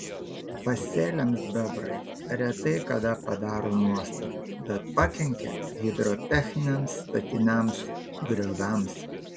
pasėliams bebrai retai kada padaro nuostolių bet pakenkia hidrotechniniams statiniams grioviams